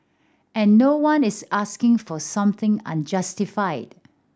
and no one is asking for something unjustified